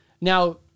Now